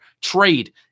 Trade